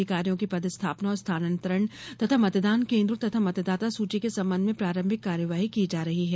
अधिकारियों की पद स्थापना और स्थानांतरण तथा मतदान केन्द्रों तथा मतदाता सुची के संबंध में प्रारंभिक कार्यवाही की जा रही है